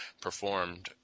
performed